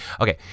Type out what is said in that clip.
Okay